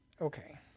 okay